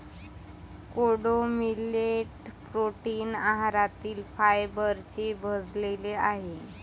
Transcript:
कोडो millet protein आहारातील फायबरने भरलेले आहे